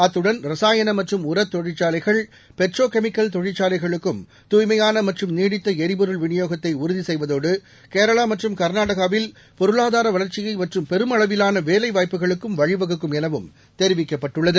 அத்துடன் ரசாயன மற்றும் உரத் தொழிற்சாலைகள் பெட்ரோ கெமிக்கல் தொழிற்சாலைகளுக்கும் தூய்மையான மற்றும் நீடித்த எரிபொருள் விநியோகத்தை உறுதி செய்வதோடு கேரளா மற்றும் கர்நாடகாவில் பொருளாதார வளர்ச்சியை மற்றும் பெருமளவிலான வேலை வாய்ப்புகளுக்கு வழிவகுக்கும் எனவும் தெரிவிக்கப்பட்டுள்ளது